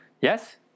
Yes